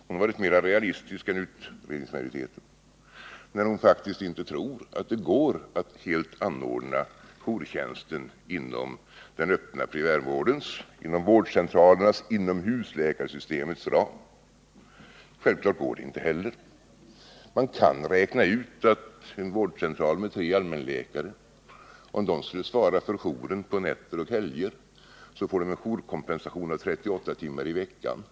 Hon är mer realistisk än utredningsmajoriteten när hon inte tror att det går att helt anordna jourtjänsten inom den öppna primärvårdens, inom vårdcentralernas, inom husläkarsystemets ram. Naturligtvis går det inte. Man kan räkna ut att om i en vårdcentral med tre allmänläkare dessa tre skulle svara för jouren på nätter och helger, skulle de få en jourkompensation av 38 timmar i veckan.